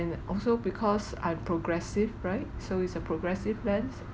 and also because I'm progressive right so it's a progressive lens